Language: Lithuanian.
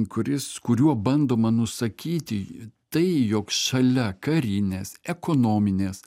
kuris kuriuo bandoma nusakyti tai jog šalia karinės ekonominės